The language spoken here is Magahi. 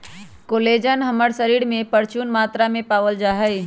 कोलेजन हमर शरीर में परचून मात्रा में पावल जा हई